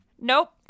Nope